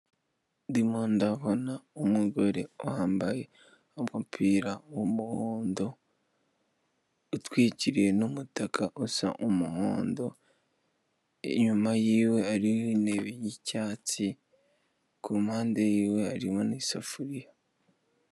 Ndimo ndabona umugore wambaye agupira w'umuhondo, utwikiwe n'umutaka usa umuhondo, inyuma y'iwe hari intebe y'icyatsi, ku mpande y'iwe harimo n'isafuriya.